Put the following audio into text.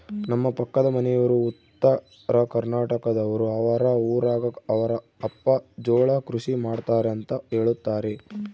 ನಮ್ಮ ಪಕ್ಕದ ಮನೆಯವರು ಉತ್ತರಕರ್ನಾಟಕದವರು, ಅವರ ಊರಗ ಅವರ ಅಪ್ಪ ಜೋಳ ಕೃಷಿ ಮಾಡ್ತಾರೆಂತ ಹೇಳುತ್ತಾರೆ